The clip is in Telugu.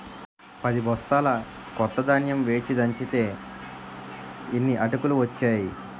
పదిబొస్తాల కొత్త ధాన్యం వేచి దంచితే యిన్ని అటుకులు ఒచ్చేయి